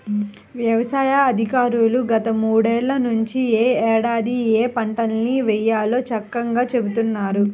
యవసాయ అధికారులు గత మూడేళ్ళ నుంచి యే ఏడాది ఏయే పంటల్ని వేయాలో చక్కంగా చెబుతున్నారు